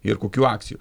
ir kokių akcijų